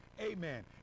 amen